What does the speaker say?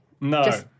No